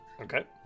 Okay